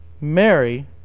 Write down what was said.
Mary